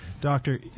doctor